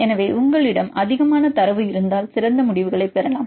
எனவே உங்களிடம் அதிகமான தரவு இருந்தால் சிறந்த முடிவுகளைப் பெறலாம்